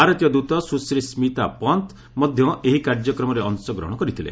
ଭାରତୀୟ ଦୂତ ସୁଶ୍ରୀ ସ୍କିତା ପନ୍ତ୍ ମଧ୍ୟ ଏହି କାର୍ଯ୍ୟକ୍ରମରେ ଅଂଶଗ୍ରହଣ କରିଥିଲେ